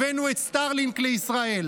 הבאנו את סטארלינק לישראל,